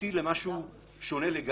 אם המטרה היא להביא מישהו שיהיה היס-מן שלי,